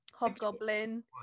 hobgoblin